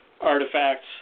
artifacts